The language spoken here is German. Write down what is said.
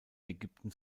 ägypten